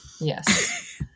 Yes